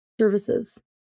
services